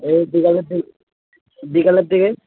এই বিকেলের দিকে বিকেলের দিকে